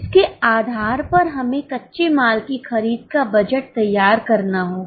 इसके आधार पर हमें कच्चे माल की खरीद का बजट तैयार करना होगा